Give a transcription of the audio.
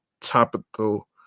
Topical